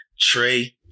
Trey